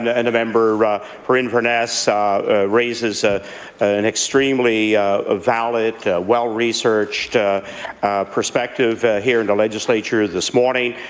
the and member for inverness ah raises ah an extremely ah valid, well-researched perspective here and legislature this morning.